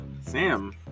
Sam